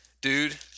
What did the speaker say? Dude